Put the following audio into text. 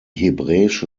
hebräische